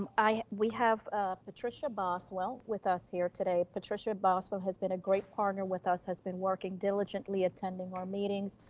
we have ah patricia boswell with us here today. patricia boswell has been a great partner with us, has been working diligently, attending our meetings.